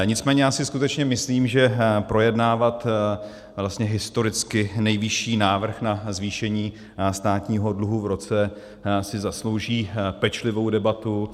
Nicméně já si skutečně myslím, že projednávat vlastně historicky nejvyšší návrh na zvýšení státního dluhu v roce si zaslouží pečlivou debatu.